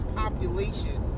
population